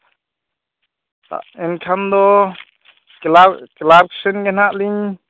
ᱮᱱᱠᱷᱟᱱ ᱫᱚ clerk clerk ᱥᱮᱱ ᱜᱮ ᱱᱟᱦᱟᱜ ᱞᱤᱧ